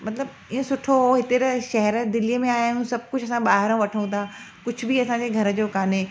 मतलब इअं सुठो हुओ हिते त शहर दिल्लीअ में आया आहियूं सभ कुझु असां ॿाहिरां वठूं था कुझु बि असांजे घर जो कान्हे